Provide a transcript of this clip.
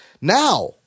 Now